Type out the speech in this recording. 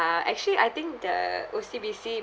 uh actually I think the O_C_B_C